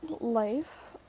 life